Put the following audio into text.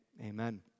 amen